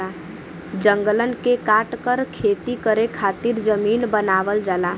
जंगलन के काटकर खेती करे खातिर जमीन बनावल जाला